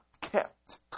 kept